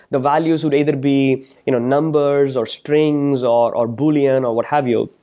the values would either be you know numbers or strings or or boolean or what have you.